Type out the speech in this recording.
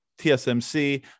TSMC